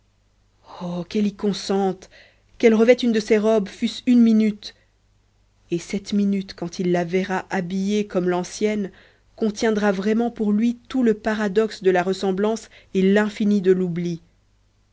oh qu'elle y consente qu'elle revête une de ces robes fût-ce une minute et cette minute quand il la verra habillée comme l'ancienne contiendra vraiment pour lui tout le paroxysme de la ressemblance et l'infini de l'oubli